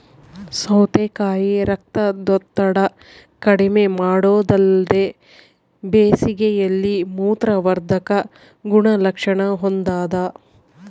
ಸೌತೆಕಾಯಿ ರಕ್ತದೊತ್ತಡ ಕಡಿಮೆಮಾಡೊದಲ್ದೆ ಬೇಸಿಗೆಯಲ್ಲಿ ಮೂತ್ರವರ್ಧಕ ಗುಣಲಕ್ಷಣ ಹೊಂದಾದ